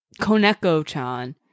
Koneko-chan